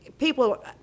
People